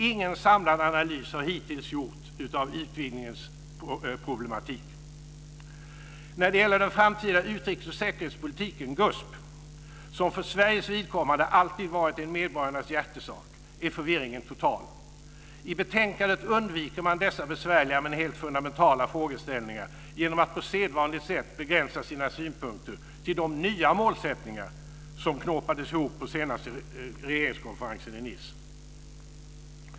Ingen samlad analys har hittills gjorts av utvidgningens problematik. När det gäller den framtida utrikes och säkerhetspolitiken, GUSP, som för Sveriges vidkommande alltid varit en medborgarnas hjärtesak, är förvirringen total. I betänkandet undviker man dessa besvärliga men helt fundamentala frågeställningar genom att på sedvanligt sätt begränsa sina synpunkter till de nya målsättningar som knåpades ihop vid senaste regeringskonferensen i Nice.